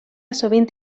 sovint